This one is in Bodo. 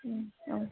औ